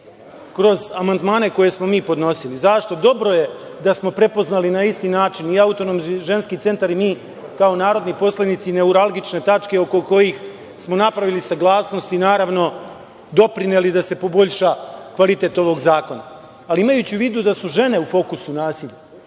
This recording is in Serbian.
kroz amandmane koje smo mi podnosili. Zašto? Dobro je da smo prepoznali na isti način i Autonomni ženski centar i mi kao narodni poslanici neuralgične tačke oko kojih smo napravili saglasnost i, naravno, doprineli da se poboljša kvalitet ovog zakona. Ali, imajući u vidu da su žene u fokusu nasilja,